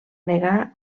negar